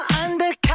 undercover